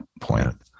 point